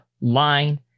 line